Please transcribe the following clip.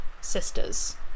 sisters